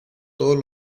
todos